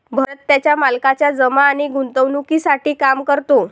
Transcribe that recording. भरत त्याच्या मालकाच्या जमा आणि गुंतवणूकीसाठी काम करतो